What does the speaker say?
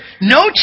No